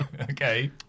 Okay